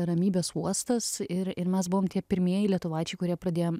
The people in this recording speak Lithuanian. ramybės uostas ir ir mes buvom tie pirmieji lietuvaičiai kurie pradėjom